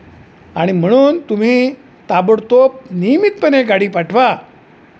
आणि म्हणून तुम्ही ताबडतोब नियमितपणे एक गाडी पाठवा